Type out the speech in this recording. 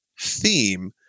theme